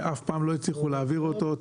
ואף פעם לא הצליחו להעביר אותו.